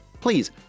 please